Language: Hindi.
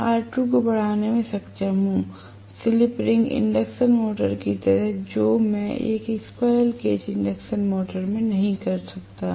मैं R2 को बढ़ाने में सक्षम हूं स्लिप रिंग इंडक्शन मोटर की तरह जो मैं एक स्क्वीररेल केज इंडक्शन मोटर में नहीं कर सकता